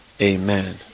amen